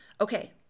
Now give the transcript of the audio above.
Okay